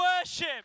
worship